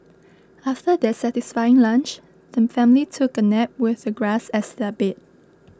after their satisfying lunch the family took a nap with the grass as their bed